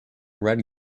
red